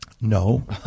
No